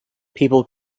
people